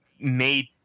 made –